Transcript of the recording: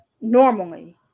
normally